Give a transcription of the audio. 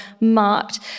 marked